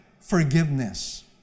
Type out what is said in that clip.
forgiveness